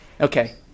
Okay